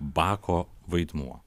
bako vaidmuo